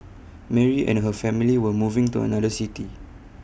Mary and her family were moving to another city